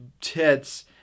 tits